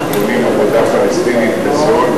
שקונים עבודה פלסטינית בזול,